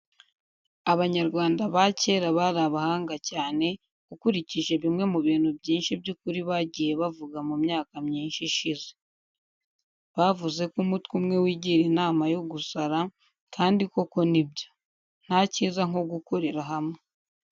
Abanyarwanda ba kera bari abahanga cyane, ukurikije bimwe mu bintu byinshi by'ukuri bagiye bavuga mu myaka myinshi ishize. Bavuze ko umutwe umwe wigira inama yo gusara, kandi koko ni byo. Nta cyiza nko gukorera hamwe.